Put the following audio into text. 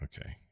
Okay